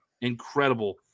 Incredible